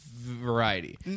variety